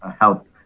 help